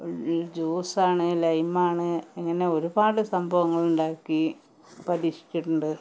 ജ്യൂസാണേൽ ലൈംമാണ് ഇങ്ങനെ ഒരുപാട് സംഭവങ്ങളുണ്ടാക്കി പരീക്ഷിച്ചിട്ടുണ്ട്